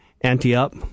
Anti-up